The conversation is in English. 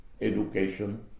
Education